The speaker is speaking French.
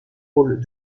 rôles